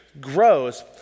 grows